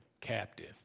captive